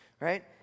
right